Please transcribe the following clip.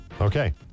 okay